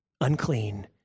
unclean